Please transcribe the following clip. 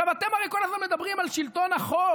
עכשיו, אתם הרי כל הזמן מדברים על שלטון החוק.